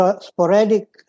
sporadic